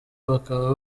bakaba